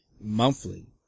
monthly